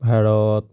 Bharat